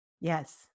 Yes